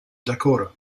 dakota